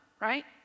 right